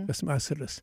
tas vasaras